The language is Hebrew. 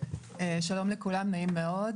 שלום לכולם, נעים מאוד.